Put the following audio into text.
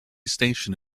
station